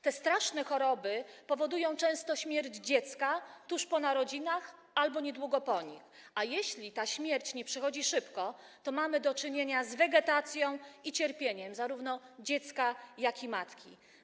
Te straszne choroby często powodują śmierć dziecka tuż po narodzinach albo niedługo po nich, a jeśli ta śmierć nie przychodzi szybko, to mamy do czynienia z wegetacją i cierpieniem zarówno dziecka, jak i matki.